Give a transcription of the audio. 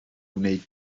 wneud